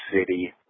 City